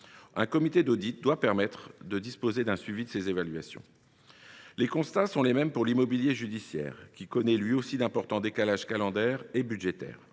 Un comité d’audit doit permettre de disposer d’un suivi de ces évolutions. Les constats sont les mêmes pour l’immobilier judiciaire, qui connaît, lui aussi, d’importants décalages calendaires et budgétaires.